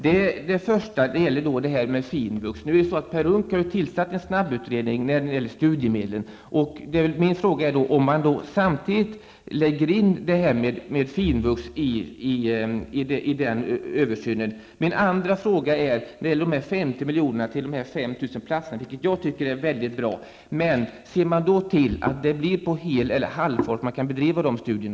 Min första fråga gäller Finvux. Per Unckel har tillsatt en snabbutredning när det gäller studiemedlen. Kommer man att lägga in finvux i den översynen? 50 miljoner skall satsas på 5 000 platser. Det tycker jag är mycket bra. Ser man då till att man kan bedriva dessa studier på heltid eller halvfart?